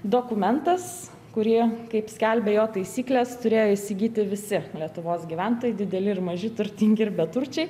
dokumentas kurį kaip skelbė jo taisyklės turėjo įsigyti visi lietuvos gyventojai dideli ir maži turtingi ir beturčiai